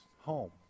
home